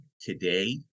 today